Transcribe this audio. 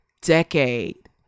decade